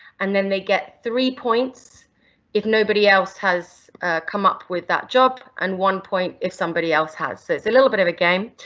and then they get three points if nobody else has come up with that job, and one point if somebody else has, so it's a little bit of a game.